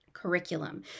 curriculum